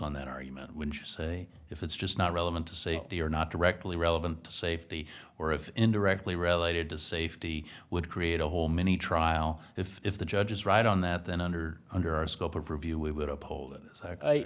on that argument when you say if it's just not relevant to safety or not directly relevant to safety or if indirectly related to safety would create a whole mini trial if if the judge is right on that then under under our scope of review